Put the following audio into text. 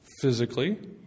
physically